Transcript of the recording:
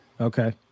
Okay